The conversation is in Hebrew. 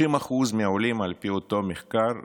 30% מהעולים, על פי אותו מחקר,